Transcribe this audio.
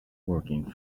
working